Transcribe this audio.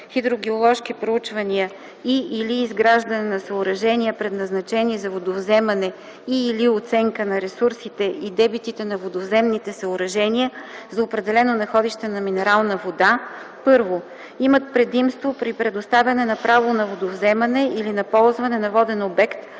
хидрогеоложки проучвания и/или изграждане на съоръжения, предназначени за водовземане и/или оценка на ресурсите и дебитите на водовземните съоръжения за определено находище на минерална вода: 1. имат предимство при предоставяне на право на водовземане или на ползване на воден обект